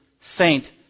saint